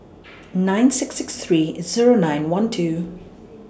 nine six six three Zero nine one two